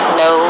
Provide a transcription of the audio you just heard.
no